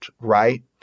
right